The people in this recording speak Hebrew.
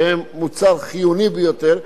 שהם מוצר חיוני ביותר,